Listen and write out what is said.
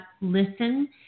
listen